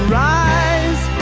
rise